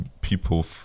people